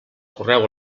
correu